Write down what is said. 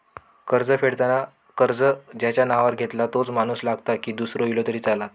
कर्ज फेडताना कर्ज ज्याच्या नावावर घेतला तोच माणूस लागता की दूसरो इलो तरी चलात?